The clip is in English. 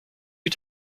you